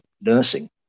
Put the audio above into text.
nursing